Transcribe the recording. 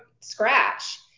scratch